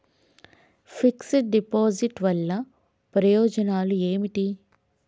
Fix డ్ deposit వల్ల ప్రయోజనాలు ఏమిటి?